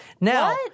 Now